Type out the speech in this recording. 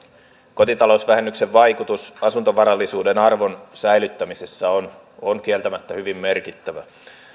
kotitalousvähennyksen vaikutus asuntovarallisuuden arvon säilyttämisessä on on kieltämättä hyvin merkittävä